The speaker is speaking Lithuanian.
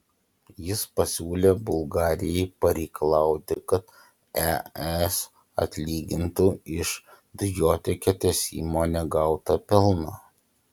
jis pasiūlė bulgarijai pareikalauti kad es atlygintų iš dujotiekio tiesimo negautą pelną